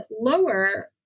lower